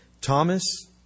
Thomas